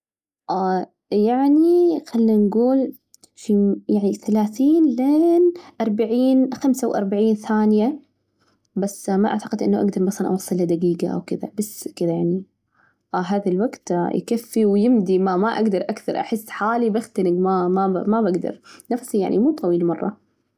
يعني خلينا نجول شي يعني ثلاثين لين أربعين خمسة وأربعين ثانية بس ما أعتقد إنه أجدر مثلاً أوصل لدجيجة أو كذا، بس كذا يعني أه هذا الوقت يكفي ويمدي، ما ما أقدر أكثر، أحس حالي بختنق، ما ما بجدر نفسي يعني مو طويل مرة.